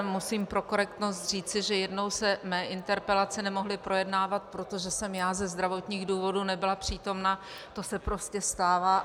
Musím pro korektnost říci, že jednou se mé interpelace nemohly projednávat, protože jsem já ze zdravotních důvodů nebyla přítomna, to se prostě stává.